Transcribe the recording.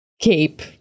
Cape